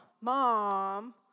Mom